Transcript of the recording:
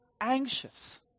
anxious